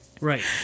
right